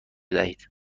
دهید